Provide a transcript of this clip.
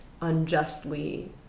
unjustly